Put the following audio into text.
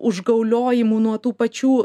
užgauliojimų nuo tų pačių